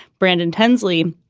brandon tensley,